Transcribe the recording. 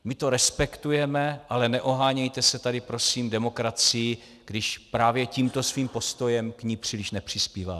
My to respektujeme, ale neohánějte se tady prosím demokracií, když právě tímto svým postojem k ní příliš nepřispíváte.